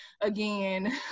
again